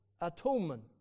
atonement